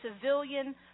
civilian